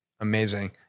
Amazing